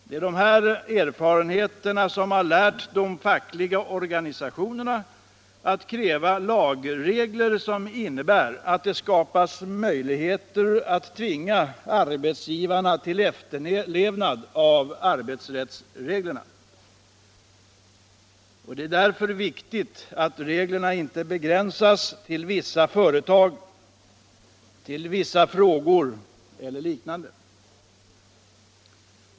Det är dessa erfarenheter som har lärt de fackliga organisationerna att kräva lagregler som innebär att det skapas möjligheter att tvinga arbetsgivarna till efterlevnad av arbetsrättsreglerna. Det är därför viktigt att reglerna inte begränsas till vissa företag, till vissa frågor osv.